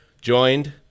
joined